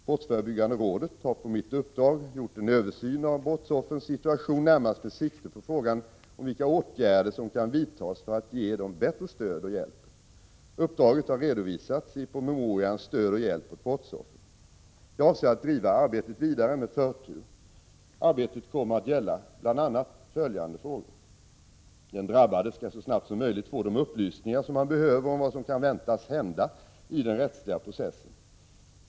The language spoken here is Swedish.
Brottsförebyggande rådet har på mitt uppdrag gjort en översyn av brottsoffrens situation, närmast med sikte på frågan om vilka åtgärder som kan vidtas för att ge dem bättre stöd och hjälp. Uppdraget har redovisats i promemorian Stöd och hjälp åt brottsoffer . Jag avser att driva arbetet vidare med förtur. Arbetet kommer att gälla bl.a. följande frågor. Den drabbade skall så snabbt som möjligt få de upplysningar som han behöver om vad som kan väntas hända i den rättsliga processen.